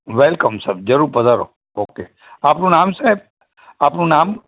welcome sir જરૂર પધારો okay આપનું નામ સાહેબ આપનું નામ